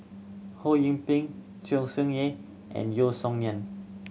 Ho Yee Ping Tsung Yeh and Yeo Song Nian